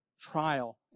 trial